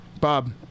Bob